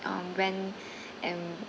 um when and